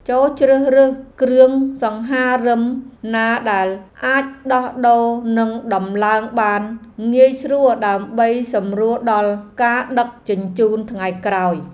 ចូរជ្រើសរើសគ្រឿងសង្ហារិមណាដែលអាចដោះដូរនិងដំឡើងបានងាយស្រួលដើម្បីសម្រួលដល់ការដឹកជញ្ជូនថ្ងៃក្រោយ។